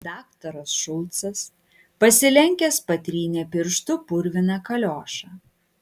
daktaras šulcas pasilenkęs patrynė pirštu purviną kaliošą